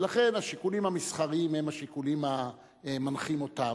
ולכן השיקולים המסחריים הם השיקולים המנחים אותם,